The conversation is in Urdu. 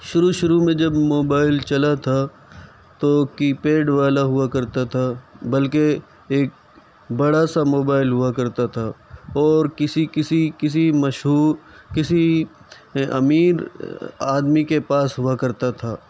شروع شروع میں جب موبائل چلا تھا تو کی پیڈ والا ہوا کرتا تھا بلکہ ایک بڑا سا موبائل ہوا کرتا تھا اور کسی کسی کسی مشہور کسی امیر آدمی کے پاس ہوا کرتا تھا